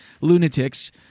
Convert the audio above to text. lunatics